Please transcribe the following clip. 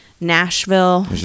nashville